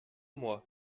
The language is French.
moi